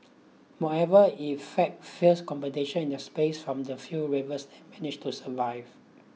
moreover it faced fierce competition in the space from the few that managed to survive